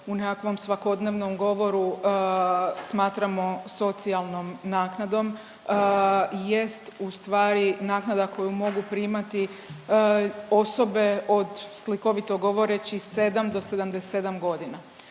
u nekakvom svakodnevnom govoru smatramo socijalnom naknadom jest u stvari naknada koju mogu primati osobe od slikovito govoreći 7 do 77 godina,